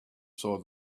saw